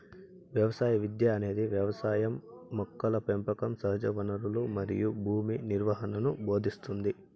వ్యవసాయ విద్య అనేది వ్యవసాయం మొక్కల పెంపకం సహజవనరులు మరియు భూమి నిర్వహణను భోదింస్తుంది